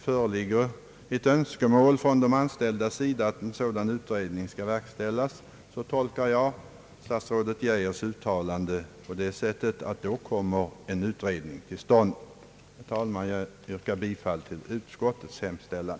Föreligger det önskemål från de anställda om att en sådan utredning skall verkställas kommer, så har jag tolkat statsrådet Geijers uttalande, en utredning till stånd. Jag yrkar, herr talman, bifall till utskottets hemställan.